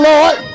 Lord